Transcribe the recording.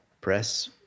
press